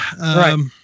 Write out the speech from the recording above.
Right